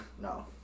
no